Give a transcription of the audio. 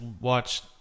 watch